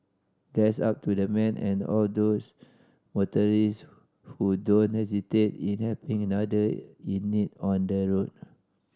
bless up to the man and all those motorist who don't hesitate in helping another in need on the road